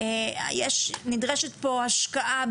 נדרשת פה השקעה,